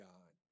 God